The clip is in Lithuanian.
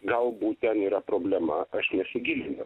galbūt ten yra problema aš nesigilinu